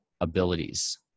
abilities